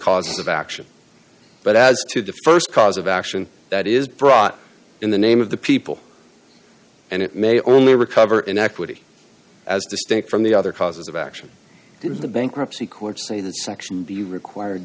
causes of action but as to the st cause of action that is brought in the name of the people and it may only recover in equity as distinct from the other causes of action in the bankruptcy courts say the section the required